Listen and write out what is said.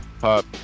pop